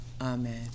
Amen